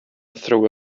throw